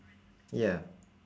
ya